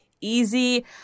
easy